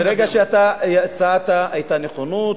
ברגע שאתה הצעת היתה נכונות.